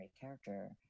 character